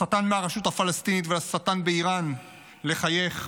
לשטן מהרשות הפלסטינית ולשטן באיראן לחייך,